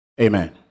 amen